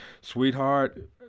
sweetheart